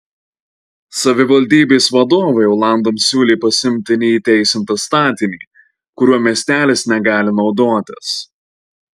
savivaldybės vadovai olandams siūlė pasiimti neįteisintą statinį kuriuo miestelis negali naudotis